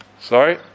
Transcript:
Sorry